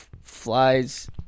flies